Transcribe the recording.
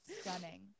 stunning